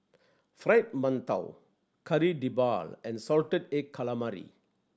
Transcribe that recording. Fried Mantou Kari Debal and salted egg calamari